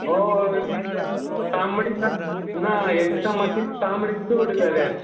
हय तांबडी ना एकदां मात्शी तांबडी चड जाल्या